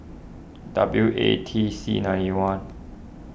W A T C ninety one